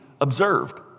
observed